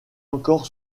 encore